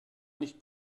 nicht